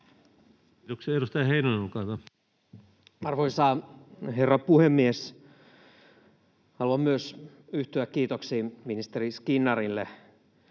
Kiitoksia. — Edustaja Heinonen, olkaa hyvä. Arvoisa herra puhemies! Haluan myös yhtyä kiitoksiin ministeri Skinnarille.